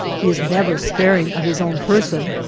he is never sparing of his own person,